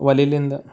ಒಲೆಯಿಂದ